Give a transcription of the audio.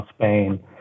Spain